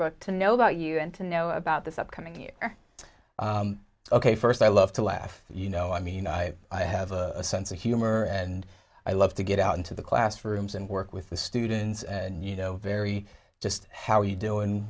book to know about you and to know about this upcoming year ok first i love to laugh you know i mean i i have a sense of humor and i love to get out into the classrooms and work with the students and you know very just how you do